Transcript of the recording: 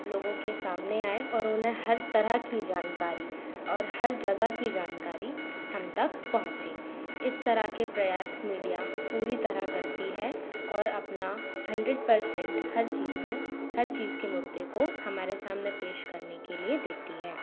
लोगों के सामने आये और उन्हें हर तरह की जानकारी और हर जगह की जानकारी हम तक पहुंचे इस तरह की प्रयास मीडिया पूरी तरह करती है और अपना हंन्ड्रेट परसेंट हर चीज में हर चीज के मुद्दे को हमारे सामने पेश करने के लिए देती हैं